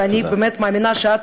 ואני באמת מאמינה שאת,